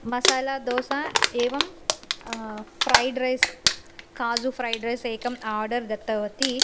मसलादोशा एवं fried rice काजु fried rice एकं आर्डर् दत्तवती